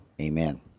amen